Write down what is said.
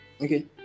okay